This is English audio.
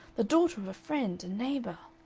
the daughter of a friend and neighbor.